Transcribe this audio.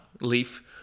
leaf